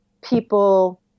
people